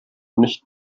nicht